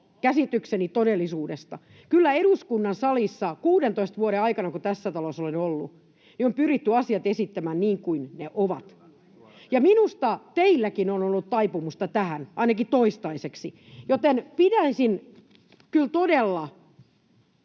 käsitykseni todellisuudesta. Kyllä eduskunnan salissa 16 vuoden aikana, kun tässä talossa olen ollut, on pyritty asiat esittämään niin kuin ne ovat. Minusta teilläkin on ollut taipumusta tähän, ainakin toistaiseksi. Joten teinä pitäisin kyllä todella